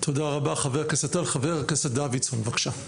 חבר הכנסת דוידסון, בבקשה.